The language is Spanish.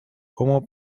como